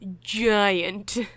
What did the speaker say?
giant